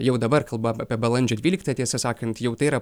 jau dabar kalba apie balandžio dvyliktą tiesą sakant jau tai yra